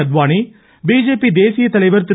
Advani BJP தேசியத் தலைவர் திரு